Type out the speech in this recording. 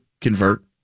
convert